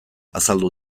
azaldu